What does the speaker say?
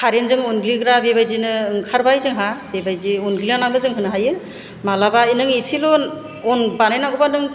कारेन्टजों उनग्लिग्रा बेबायदिनो ओंखारबाय जोंहा बेबायदि उनग्लिनानैबो जों होनो हायो माब्लाबा नों एसेल' अन बानायनांगौबा नों